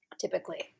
Typically